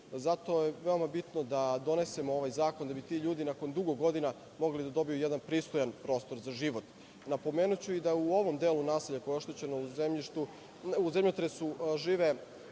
Zato je veoma bitno da donesemo ovaj zakon, da bi ti ljudi nakon dugo godina mogli da dobiju jedan pristojan prostor za život. Napomenuću i da u ovom delu naselja, koje je oštećeno u zemljotresu, žive